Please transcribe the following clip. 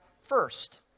first